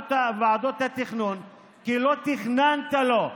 לוועדות התכנון, כי לא תכננת לו.